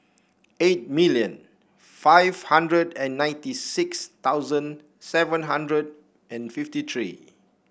eight million five hundred and ninety six thousand seven hundred and fifty three